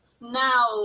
now